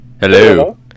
Hello